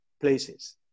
places